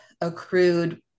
accrued